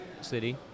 city